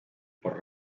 por